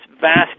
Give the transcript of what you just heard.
vast